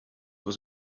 was